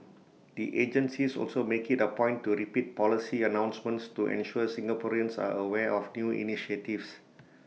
the agencies also make IT A point to repeat policy announcements to ensure Singaporeans are aware of new initiatives